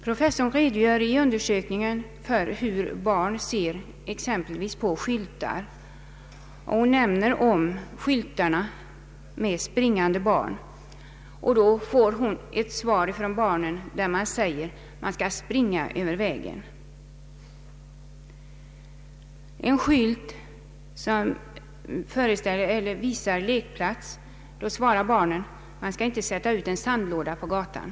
Professor Sandels redogör i undersökningen för hur barn exempelvis ser en skylt med springande barn. Då får hon ett svar att den betyder att man skall springa över vägen! Inför en skylt som visar en lekplats svarar barnen att man inte skall sätta ut en sandlåda på gatan.